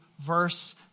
verse